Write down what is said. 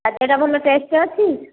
ଖାଇବା ଭଲ ଟେଷ୍ଟ ଅଛି